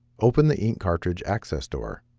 open the ink cartridge access door.